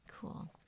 Cool